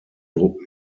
druck